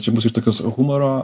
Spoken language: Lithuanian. čia bus iš tokios humoro